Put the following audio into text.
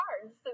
cards